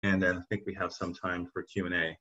ואני חושב שיש לנו קצת זמן לשאלות ותשובות